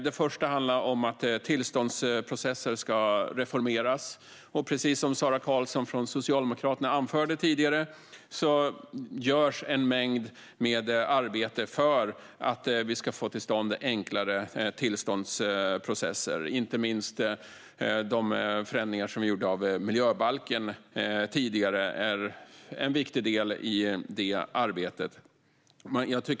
Den första handlar om att tillståndsprocesser ska reformeras. Precis som Sara Karlsson från Socialdemokraterna anförde tidigare görs en mängd arbete för att vi ska få till stånd enklare tillståndsprocesser. De förändringar som tidigare gjorts av miljöbalken är inte minst en viktig del i det arbetet.